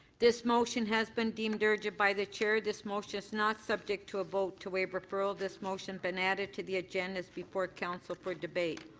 this motion has been deemed urgent by the chair. this motion is not subject to a vote to waive referral. this motion has been added to the agendas before council for debate.